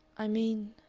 i mean